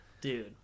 Dude